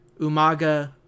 umaga